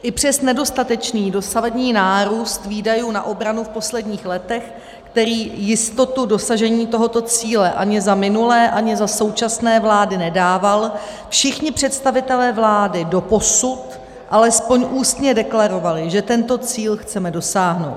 I přes nedostatečný dosavadní nárůst výdajů na obranu v posledních letech, který jistotu dosažení tohoto cíle ani za minulé, ani za současné vlády nedával, všichni představitelé vlády doposud alespoň ústně deklarovali, že tento cíl chceme dosáhnout.